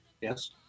Yes